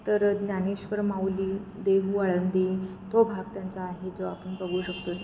तर ज्ञानेश्वर माऊली देहू आळंदी तो भाग त्यांचा आहे जो आपण बघू शकतो